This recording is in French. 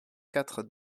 quatre